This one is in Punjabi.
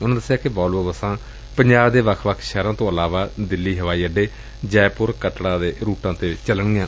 ਉਨੁਾ ਦਸਿਆ ਕਿ ਵੌਲਵੋ ਬਸਾ ਪੰਜਾਬ ਦੇ ਵੱਖ ਵੱਖ ਸ਼ਹਿਰਾਂ ਤੋ ਇਲਾਵਾ ਦਿੱਲੀ ਹਵਾਈ ਅੱਡੇ ਜੈਪੁਰ ਕਟੜਾ ਦੇ ਰੁਟਾ ਤੋਂ ਚਲਾਈਆਂ ਜਾਣਗੀਆਂ